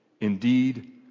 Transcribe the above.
Indeed